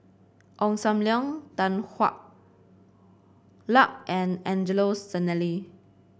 Ong Sam Leong Tan Hwa Luck and Angelo Sanelli